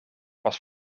was